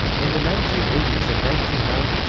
in the nineteen eighty s and nineteen ninety s,